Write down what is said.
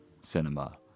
cinema